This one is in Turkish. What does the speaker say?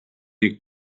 ilk